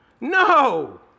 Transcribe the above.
no